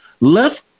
left